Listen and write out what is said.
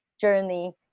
journey